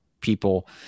people